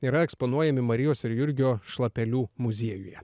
yra eksponuojami marijos ir jurgio šlapelių muziejuje